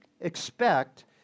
expect